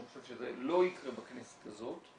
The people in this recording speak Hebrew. אני חושב שזה לא יקרה בכנסת הזאת,